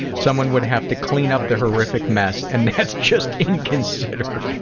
someone would have to clean up the horrific mess and that's just inconsiderate.